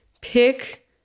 pick